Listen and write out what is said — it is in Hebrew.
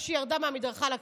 על זה שהיא ירדה מהמדרכה לכביש.